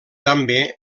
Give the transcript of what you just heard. també